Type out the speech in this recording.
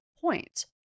point